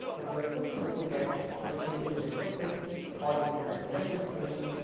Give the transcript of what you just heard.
but you are simply looking at the change in the reflectance or looking at the conductance change,